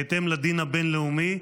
בהתאם לדין הבין-לאומי,